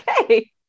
Okay